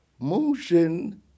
motion